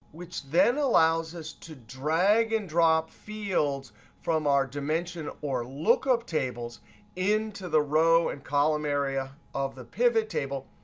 which then allows us to drag and drop fields from our dimension or lookup tables into the row and column area of the pivot table,